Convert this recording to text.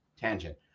tangent